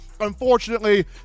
Unfortunately